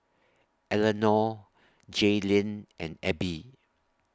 Elenor Jaylynn and Abie